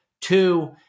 two